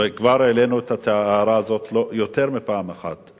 וכבר העלינו את ההערה הזאת יותר מפעם אחת.